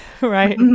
Right